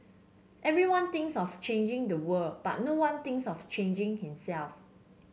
everyone thinks of changing the world but no one thinks of changing himself